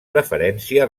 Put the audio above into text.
preferència